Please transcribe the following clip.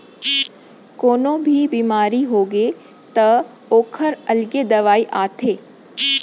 कोनो भी बेमारी होगे त ओखर अलगे दवई आथे